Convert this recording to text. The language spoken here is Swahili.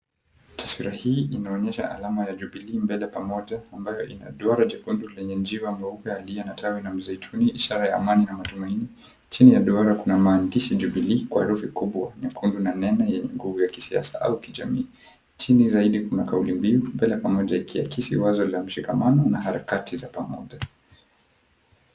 Taswira hii inaonyesha alama ya Jubilee Mbele Pamoja ambayo ina duara jekundu lenye njiwa mweupe aliye na tawi la mzaituni ishara ya amani na matumaini. Chini ya duara kuna maandishi JUBILEE kwa herufi kubwa, nyekundu na nene yenye nguvu ya kisiasa au kijamii. Chini zaidi kuna kauli mbiu Mbele Pamoja ikiakisi wazo la mshikamano na harakati za pamoja.